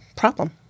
problem